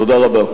תודה רבה.